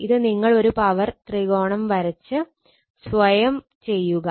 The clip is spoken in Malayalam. ഇത് നിങ്ങൾ ഒരു പവർ ത്രികോണം വരച്ച് സ്വയം ചെയ്യുക